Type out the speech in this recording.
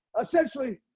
essentially